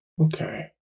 Okay